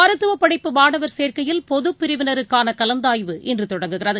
மருத்துவப் படிப்பு மாணவர் சேர்க்கையில் பொதுப் பிரிவினருக்கானகலந்தாய்வு இன்றுதொடங்குகிறது